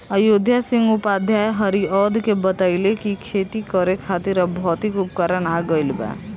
अयोध्या सिंह उपाध्याय हरिऔध के बतइले कि खेती करे खातिर अब भौतिक उपकरण आ गइल बा